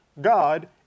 God